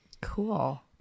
Cool